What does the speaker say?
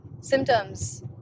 symptoms